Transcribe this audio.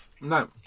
No